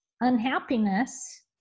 unhappiness